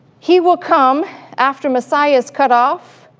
he will come after messiah is cut off,